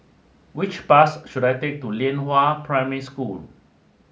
which bus should I take to Lianhua Primary School